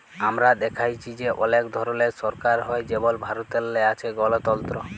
আমরা দ্যাইখছি যে অলেক ধরলের সরকার হ্যয় যেমল ভারতেল্লে আছে গলতল্ত্র